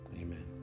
Amen